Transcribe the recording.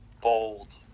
Bold